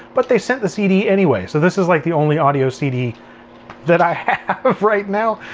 but they sent the cd anyway. so this is like the only audio cd that i have right now.